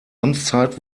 amtszeit